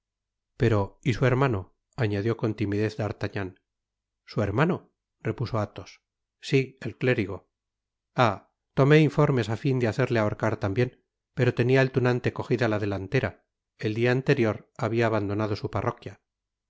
pero y su hermano añadió con timidez d'artagnan su hermano repuso athos si el clérigo ah tomé informes á fin de hacerle ahorcar tambien pero tenia el tunante cojida la delantera el dia anterior habia abandonado su parroquia